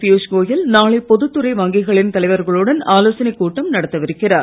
பீயுஷ் கோயல் நாளை பொதுத்துறை வங்கிகளின் தலைவர்களுடன் ஆலோசனைக் கூட்டம் நடத்தவிருக்கிறார்